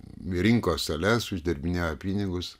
rinko sales uždirbinėjo pinigus